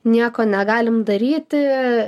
nieko negalim daryti